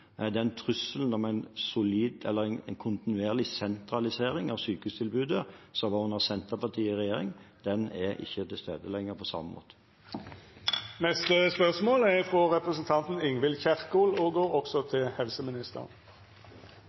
Trusselen om en solid eller en kontinuerlig sentralisering av sykehustilbudet som var under Senterpartiet i regjering, er ikke lenger til stede på samme måte. Me går då tilbake til spørsmål